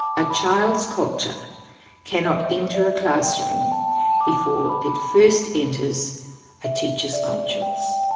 a child's culture cannot enter a classroom before it first enters a teacher's conscience.